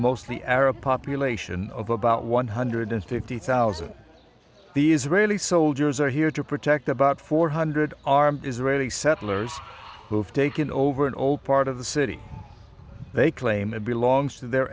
mostly arab population of about one hundred fifty thousand the israeli soldiers are here to protect about four hundred armed israeli settlers who've taken over an old part of the city they claim it belongs to their